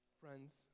Friends